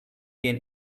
gain